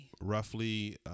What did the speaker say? roughly